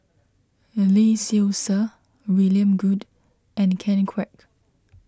Lee Seow Ser William Goode and Ken Kwek